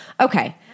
Okay